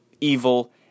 evil